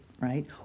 right